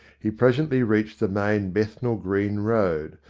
he presently reached the main bethnal green road,